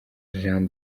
jeanne